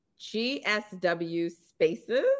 gswspaces